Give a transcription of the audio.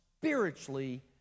spiritually